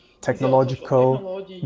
technological